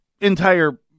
entire